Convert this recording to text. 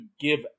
give